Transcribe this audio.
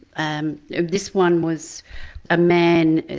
um this one was a man,